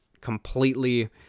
completely